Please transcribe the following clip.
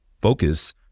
focus